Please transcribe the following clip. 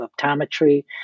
optometry